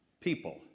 people